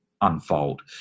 unfold